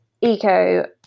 eco